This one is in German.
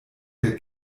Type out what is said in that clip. der